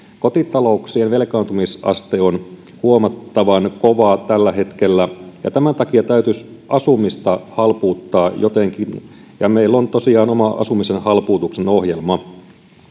kotitalouksien velkaantumisaste on huomattavan kova tällä hetkellä tämän takia täytyisi asumista halpuuttaa jotenkin ja meillä on tosiaan oma asumisen halpuutuksen ohjelma